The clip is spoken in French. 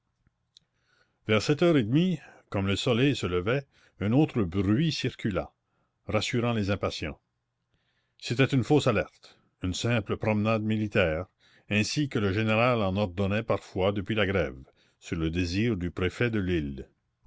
vers sept heures et demie comme le soleil se levait un autre bruit circula rassurant les impatients c'était une fausse alerte une simple promenade militaire ainsi que le général en ordonnait parfois depuis la grève sur le désir du préfet de lille